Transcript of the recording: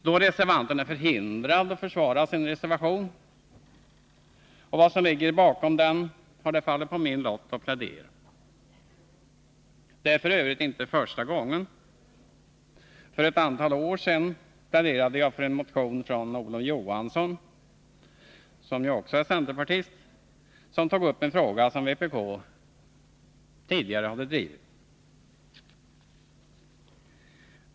Då reservanten är förhindrad att försvara sin reservation och vad som ligger bakom den, har det fallit på min lott att plädera för den. Det är f. ö. inte första gången. För ett antal år sedan pläderade jag för en motion av Olof Johansson, som ju också är centerpartist, i vilken han tog upp en fråga som vpk tidigare hade drivit.